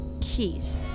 Keys